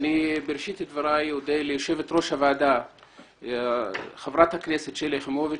בראשית דבריי אני אודה ליושבת ראש הוועדה חברת הכנסת שלי יחימוביץ